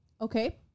Okay